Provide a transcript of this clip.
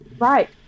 Right